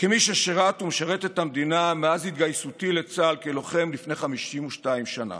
כמי ששירת ומשרת את המדינה מאז התגייסותי לצה"ל כלוחם לפני 52 שנה.